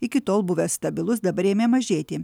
iki tol buvęs stabilus dabar ėmė mažėti